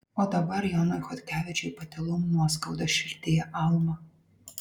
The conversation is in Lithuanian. o dabar jonui chodkevičiui patylom nuoskauda širdyje alma